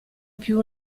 più